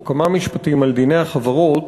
או כמה משפטים על דיני החברות,